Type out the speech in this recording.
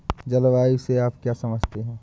जलवायु से आप क्या समझते हैं?